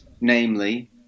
namely